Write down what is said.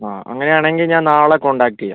ആ അങ്ങനെ ആണെങ്കിൽ ഞാൻ നാളെ കോൺടാക്ട് ചെയ്യാം